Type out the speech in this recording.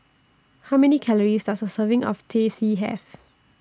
How Many Calories Does A Serving of Teh C Have